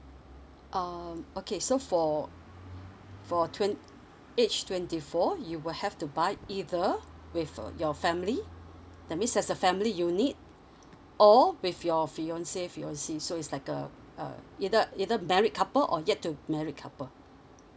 um okay so for for twent~ age twenty four you will have to buy either with uh your family that means as a family unit or with your fiance fiancee so it's like uh uh either either married couple or yet to marry couple